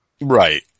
Right